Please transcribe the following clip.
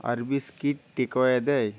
আরবিস কি টেকঅ্যাওয়ে দেয়